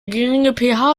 geringe